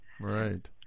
right